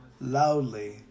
loudly